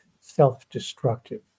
self-destructive